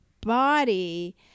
body